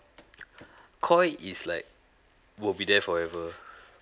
koi is like will be there forever